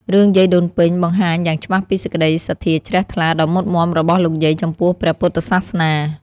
រឿងយាយដូនពេញបង្ហាញយ៉ាងច្បាស់ពីសេចក្តីសទ្ធាជ្រះថ្លាដ៏មុតមាំរបស់លោកយាយចំពោះព្រះពុទ្ធសាសនា។